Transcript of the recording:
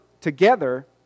together